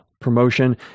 promotion